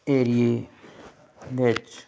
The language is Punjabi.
ਏਰੀਏ ਵਿੱਚ